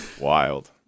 Wild